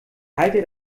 halter